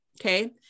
Okay